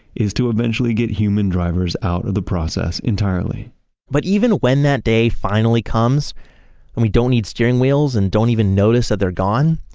to eventually get human drivers out of the process entirely but even when that day finally comes and we don't need steering wheels and don't even notice that they're gone,